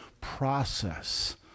process